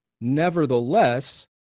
Nevertheless